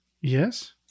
Yes